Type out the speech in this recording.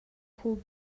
хүү